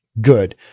good